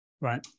right